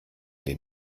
den